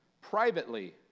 privately